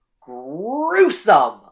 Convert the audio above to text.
gruesome